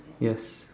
yes